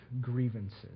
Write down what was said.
grievances